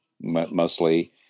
mostly